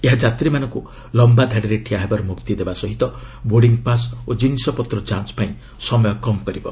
ଏହା ଯାତ୍ରୀମାନଙ୍କୁ ଲମ୍ଘା ଧାଡ଼ିରେ ଠିଆ ହେବାରୁ ମୁକ୍ତି ଦେବା ସହିତ ବୋର୍ଡିଂ ପାସ୍ ଓ ଜିନିଷପତ୍ର ଯାଞ୍ଚ ପାଇଁ ସମୟ କମ୍ କରିବ